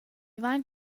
vain